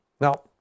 Now